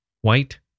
white